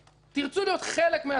תרצו להיות חלק מהתהליך,